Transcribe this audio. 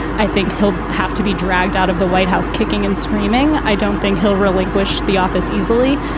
i think he'll have to be dragged out of the white house kicking and screaming. i don't think he'll relinquish the office easily.